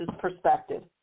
perspective